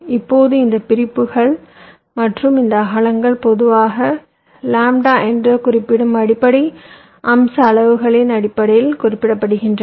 இப்போது இந்த பிரிப்புகள் மற்றும் இந்த அகலங்கள் பொதுவாக லாம்ப்டா என்று குறிப்பிடும் அடிப்படை அம்ச அளவின் அடிப்படையில் குறிப்பிடப்படுகின்றன